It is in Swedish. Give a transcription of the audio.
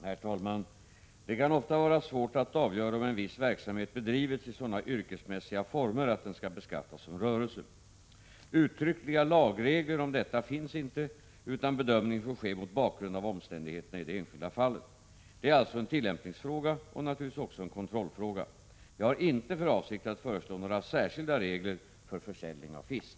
Herr talman! Det kan ofta vara svårt att avgöra om en viss verksamhet bedrivits i sådana yrkesmässiga former att den skall beskattas som rörelse. Uttryckliga lagregler om detta finns inte, utan bedömningen får ske mot bakgrund av omständigheterna i det enskilda fallet. Det är alltså en tillämpningsfråga och naturligtvis också en kontrollfråga. Jag har inte för avsikt att föreslå några särskilda regler för försäljning av fisk.